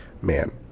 man